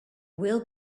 will